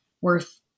worth